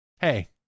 hey